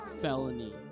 felony